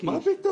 מה זה?